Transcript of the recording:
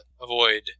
avoid